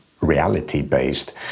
reality-based